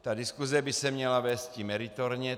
Ta diskuse by se měla vésti meritorně.